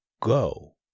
Go